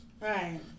Right